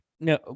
No